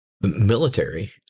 military